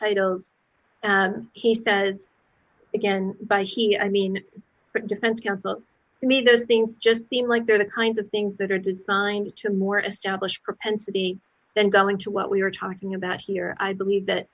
titles he says again by he i mean that defense counsel me those things just seem like they're the kinds of things that are designed to a more established propensity then going to what we were talking about here i believe that